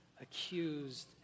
Accused